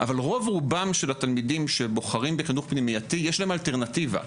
אבל רוב רובם של התלמידים שבוחרים בחינוך פנימייתי יש להם אלטרנטיבה.